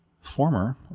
former